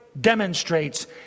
demonstrates